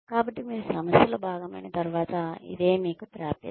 కాబట్టి మీరు సంస్థలో భాగమైన తర్వాత ఇదే మీకు ప్రాప్యత